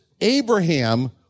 Abraham